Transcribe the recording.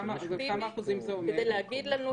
בכמה אחוזים זה עומד?